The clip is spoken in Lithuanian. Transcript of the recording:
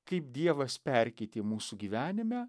kaip dievas perkeitė mūsų gyvenime